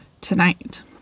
tonight